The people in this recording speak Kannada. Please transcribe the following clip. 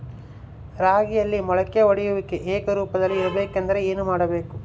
ರಾಗಿಯಲ್ಲಿ ಮೊಳಕೆ ಒಡೆಯುವಿಕೆ ಏಕರೂಪದಲ್ಲಿ ಇರಬೇಕೆಂದರೆ ಏನು ಮಾಡಬೇಕು?